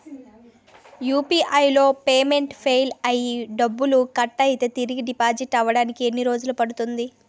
UPI లో payment fail అయ్యి డబ్బులు కట్ అయితే తిరిగి డిపాజిట్ అవ్వడానికి ఎన్ని రోజులు పడుతుంది?